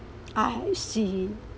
I see